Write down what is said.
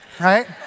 right